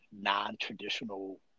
non-traditional